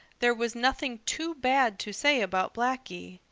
there was nothing too bad to say about blacky.